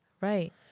Right